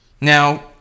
Now